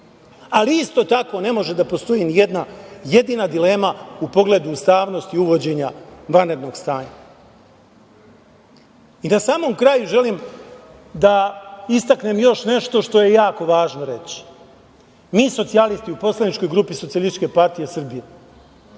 ali isto tako ne može da postoji ni jedna jedina dilema u pogledu ustavnosti uvođenja vanrednog stanja. Na samom kraju želim da istaknem još nešto što je jako važno reći. Mi socijalisti u poslaničkog grupi SPS, što se tiče 1.